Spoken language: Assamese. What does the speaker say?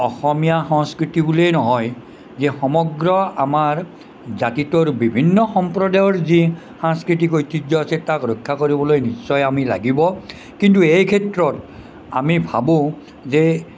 অসমীয়া সংস্কৃতি বুলিয়ে নহয় যে সমগ্ৰ আমাৰ জাতিটোৰ বিভিন্ন সম্প্ৰদায়ৰ যি সাংস্কৃতিক ঐতিহ্য আছে তাক ৰক্ষা কৰিবলৈ নিশ্চয় আমি লাগিব কিন্তু এই ক্ষেত্ৰত আমি ভাবোঁ যে